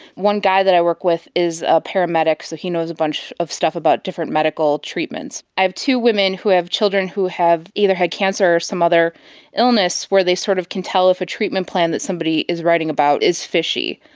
one guy that i work with is a paramedic, so he knows a bunch of stuff about different medical treatments. i have two women who have children who have either had cancer or some other illness where they sort of can tell if a treatment plan that somebody is writing about is fishy.